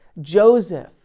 Joseph